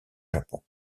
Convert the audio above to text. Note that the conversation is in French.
japon